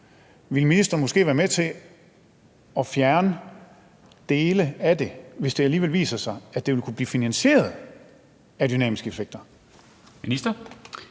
Vil ministeren måske være med til at fjerne dele af det, hvis det alligevel viser sig, at det vil kunne blive finansieret af dynamiske effekter?